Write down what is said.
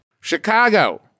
Chicago